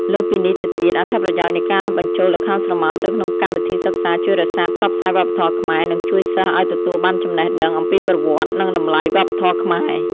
លើសពីនេះទៅទៀត អត្ថប្រយោជន៍នៃការបញ្ចូលល្ខោនស្រមោលទៅក្នុងកម្មវិធីសិក្សាជួយរក្សា ផ្សព្វផ្សាយវប្បធម៌ខ្មែរ និងជួយសិស្សឱ្យទទួលបានចំណេះដឹង អំពីប្រវត្តិ និងតម្លៃវប្បធម៌ខ្មែរ។